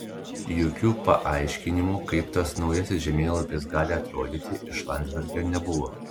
jokių paaiškinimų kaip tas naujasis žemėlapis gali atrodyti iš landsbergio nebuvo